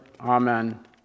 Amen